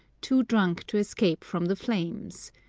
too drunk to escape from the flames.